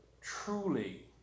truly